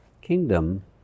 kingdom